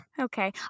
Okay